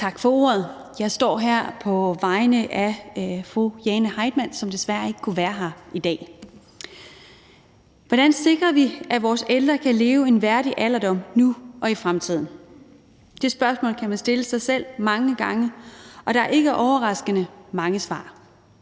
Tak for ordet. Jeg står her på vegne af fru Jane Heitmann, som desværre ikke kunne være her i dag. Hvordan sikrer vi, at vores ældre kan få en værdig alderdom nu og i fremtiden? Det spørgsmål kan man stille sig selv mange gange, og der er – ikke overraskende – mange svar.